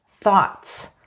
thoughts